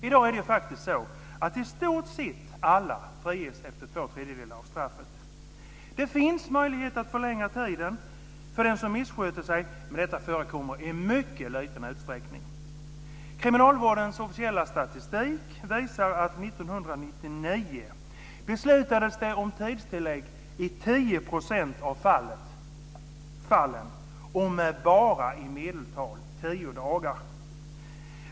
I dag är det ju faktiskt så att i stort sett alla friges efter två tredelar av strafftiden. Det finns möjlighet att förlänga tiden för dem som misssköter sig, men detta förekommer i mycket liten utsträckning. Kriminalvårdens officiella statistik visar att 1999 beslutades det om tidstillägg i 10 % av fallen och med bara i medeltal tio dagar.